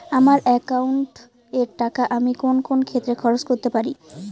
আমার একাউন্ট এর টাকা আমি কোন কোন ক্ষেত্রে খরচ করতে পারি?